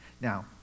now